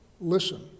Listen